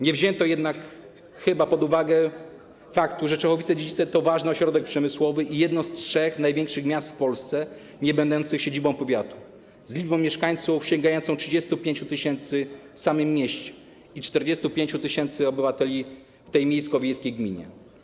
Nie wzięto chyba pod uwagę faktu, że Czechowice-Dziedzice to ważny ośrodek przemysłowy i jedno z trzech największych miast w Polsce niebędących siedzibą powiatu, z liczbą mieszkańców sięgającą 35 tys. w samym mieście i 45 tys. obywateli w miejsko-wiejskiej gminie.